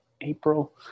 April